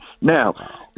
Now